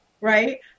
right